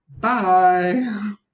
Bye